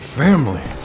family